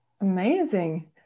amazing